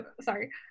sorry